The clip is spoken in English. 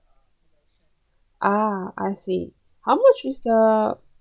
ah I see how much is the